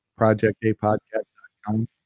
projectapodcast.com